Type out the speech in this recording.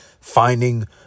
finding